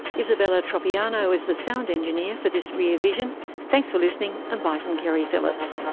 isabella tropiano is the sound engineer for this rear vision. thanks for listening and bye from keri phillips